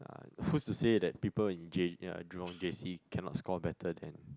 uh who's to say that people in J ya Jurong J_C cannot score better than